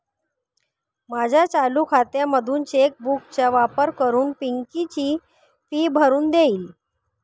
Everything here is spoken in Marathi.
माझ्या चालू खात्यामधून चेक बुक चा वापर करून पिंकी ची फी भरून देईल